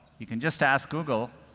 you can just ask google,